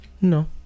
No